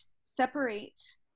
separate